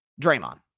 Draymond